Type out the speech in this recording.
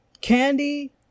Candy